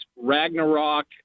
Ragnarok